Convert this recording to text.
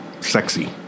sexy